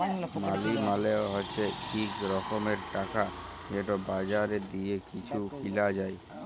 মালি মালে হছে ইক রকমের টাকা যেট বাজারে দিঁয়ে কিছু কিলা যায়